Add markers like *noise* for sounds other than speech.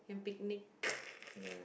and picnic *laughs*